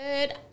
Good